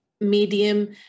medium